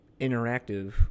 interactive